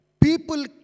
people